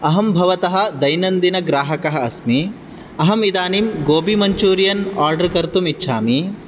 अहं भवतः दैनन्दिनग्राहकः अस्मि अहम् इदानीं गोबी मञ्चूरियन् आर्डर कर्तुं इच्छामि